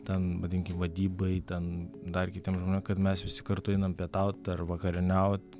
ten vadinkim vadybai ten dar kitiem žmonėm kad mes visi kartu einam pietaut ar vakarieniaut